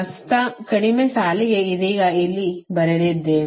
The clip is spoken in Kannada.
ನಷ್ಟ ಕಡಿಮೆ ಸಾಲಿಗೆ ಇದೀಗ ಇಲ್ಲಿ ಬರೆದಿದ್ದೇವೆ